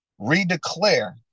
redeclare